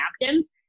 napkins